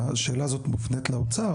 השאלה הזאת מופנית לאוצר,